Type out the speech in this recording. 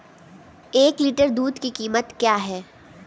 एक लीटर दूध की कीमत क्या है?